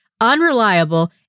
unreliable